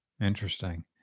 Interesting